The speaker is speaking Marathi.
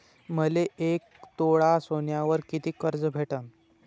मले एक तोळा सोन्यावर कितीक कर्ज भेटन?